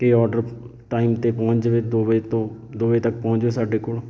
ਕਿ order time 'ਤੇ ਪਹੁੰਚ ਜਾਵੇ ਦੋ ਵਜੇ ਤੋਂ ਦੋ ਵਜੇ ਤੱਕ ਪਹੁੰਚ ਜਾਵੇ ਸਾਡੇ ਕੋਲ